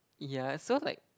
yeah so like